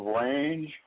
range